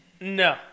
No